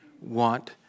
want